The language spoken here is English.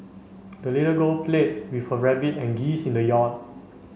the little girl played with her rabbit and geese in the yard